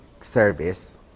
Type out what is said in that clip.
service